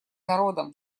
народом